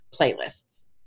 playlists